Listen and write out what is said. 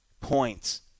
points